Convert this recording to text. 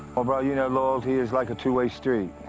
well, brother, you know loyalty is like a two-way street.